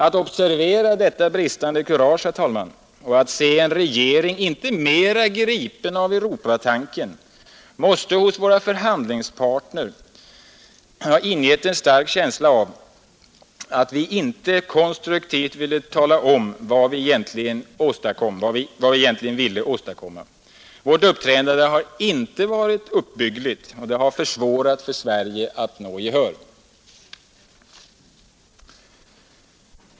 Att observera detta bristande kurage, herr talman, och att se en regering inte mer gripen av europatanken måste ha ingivit våra förhandlingspartner en stark känsla av att vi inte konstruktivt ville tala om vad vi egentligen önskar åstadkomma. Vårt uppträdande har inte varit uppbyggligt, och det har försvårat för Sverige att vinna gehör.